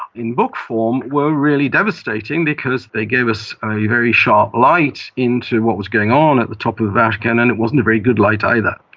in book form, were really devastating, because they gave us a very sharp light into what was going on at the top of the vatican, and it wasn't a very good light either.